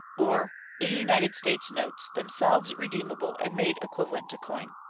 or in united states notes, themselves redeemable and made equivalent to coin.